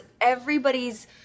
everybody's